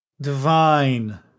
divine